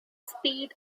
speed